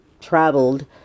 traveled